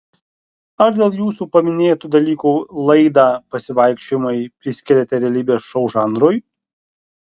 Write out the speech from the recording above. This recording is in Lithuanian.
ar dėl jūsų paminėtų dalykų laidą pasivaikščiojimai priskiriate realybės šou žanrui